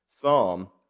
psalm